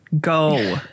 Go